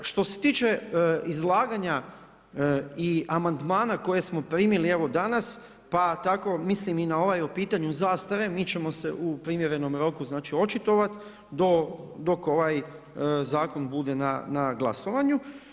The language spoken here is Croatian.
Što se tiče izlaganja i amandmana koje smo primili evo danas, pa tako mislim i na ovaj o pitanju zastare, mi ćemo se u primjerenom roku očitovati dok ovaj zakon bude na glasovanju.